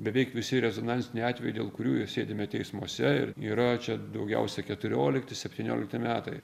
beveik visi rezonansiniai atvejai dėl kurių ir sėdime teismuose ir yra čia daugiausia keturiolikti septyniolikti metai